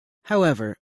however